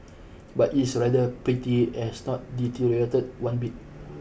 but it's rather pretty as not deteriorated one bit